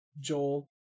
Joel